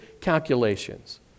calculations